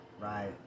Right